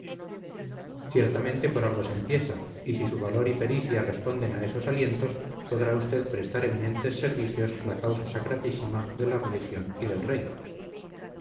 ciertamente por algo se empieza y si su valor y pericia responden a esos alientos podrá usted prestar eminentes servicios a la causa sacratísima de la religión y del rey